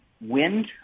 wind